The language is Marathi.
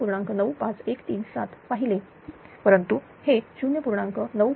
95137 पाहिले परंतु हे 0